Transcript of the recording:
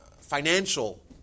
financial